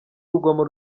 urugomo